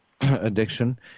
addiction